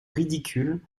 ridicules